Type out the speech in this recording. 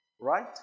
right